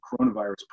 coronavirus